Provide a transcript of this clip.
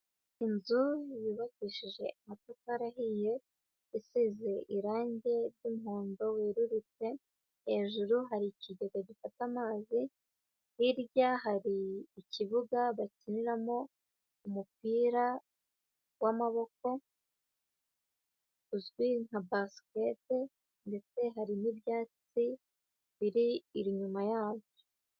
Inzu yubakishije amatafari ahiye, isize irangi ry'umuhondo werurutse, hejuru hari ikigega gifata amazi, hirya hari ikibuga bakiniramo umupira w'amaboko, uzwi nka basikete, ndetse hari n'ibyatsi biri inyuma yabo.